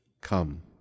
come